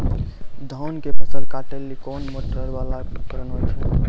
धान के फसल काटैले कोन मोटरवाला उपकरण होय छै?